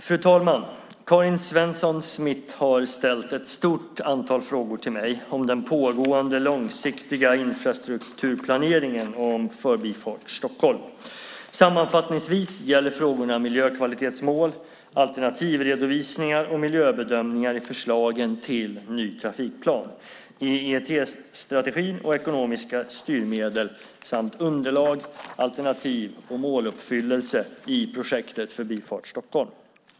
Fru talman! Karin Svensson Smith har ställt ett stort antal frågor till mig om den pågående långsiktiga infrastrukturplaneringen och om Förbifart Stockholm. Sammanfattningsvis gäller frågorna miljökvalitetsmål, alternativredovisningar och miljöbedömningar i förslagen till ny trafikplan, EET-strategin och ekonomiska styrmedel samt underlag, alternativ och måluppfyllelse i projektet Förbifart Stockholm.